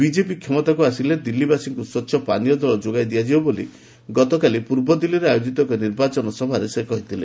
BJP କ୍ଷମତାକୁ ଆସିଲେ ଦିଲ୍ଲୀବାସୀଙ୍କୁ ସ୍ପଚ୍ଛ ପାନୀୟ ଜଳ ଯୋଗାଇ ଦିଆଯିବ ବୋଲି ଗତକାଲି ପୂର୍ବଦିଲ୍ଲୀରେ ଆୟୋଜିତ ଏକ ନିର୍ବାଚନ ସଭାରେ ସେ କହିଥିଲେ